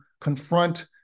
confront